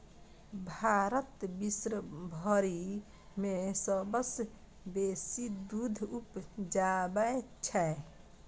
भारत विश्वभरि मे सबसँ बेसी दूध उपजाबै छै